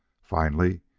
finally,